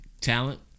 talent